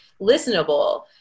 listenable